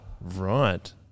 Right